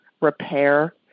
repair